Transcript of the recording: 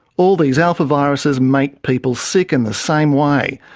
all these alphaviruses make people sick in the same way.